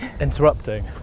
interrupting